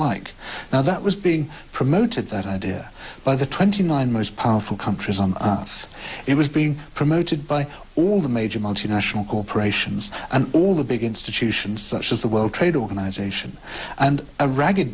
like now that was being promoted that idea by the twenty nine most powerful countries on earth it was being promoted by all the major multinational corporations and all the big institutions such as the world trade organization and a ragged